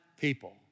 people